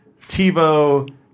TiVo